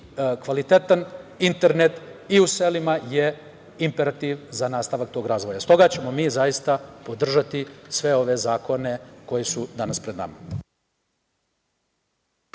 kvalitetan internet i u selima je imperativ za nastavak tog razvoja. Stoga ćemo mi zaista podržati sve ove zakone koji su danas pred nama.